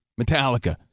Metallica